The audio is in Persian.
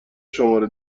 شماره